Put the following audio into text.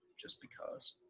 just because.